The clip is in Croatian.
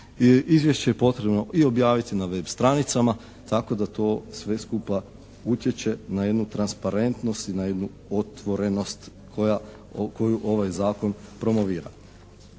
izvješće je potrebno i objaviti na web stranicama tako da to sve skupa utječe na jednu transparentnost i na jednu otvorenost koju ovaj zakon promovira.